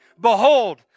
Behold